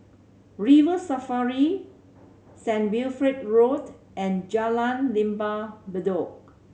River Safari Saint Wilfred Road and Jalan Lembah Bedok